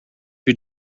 who